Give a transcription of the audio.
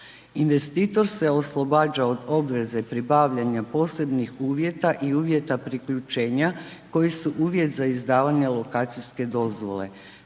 Investitor se oslobađa od obveze pribavljanja posebnih uvjeta i uvjeta priključenja koji su uvjet za izdavanje lokacijske dozvole.